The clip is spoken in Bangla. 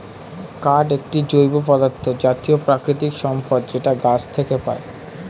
কাঠ একটি জৈব পদার্থ জাতীয় প্রাকৃতিক সম্পদ যেটা গাছ থেকে পায়